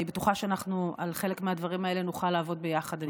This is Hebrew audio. אני בטוחה שעל חלק מהדברים האלה נוכל לעבוד יחד.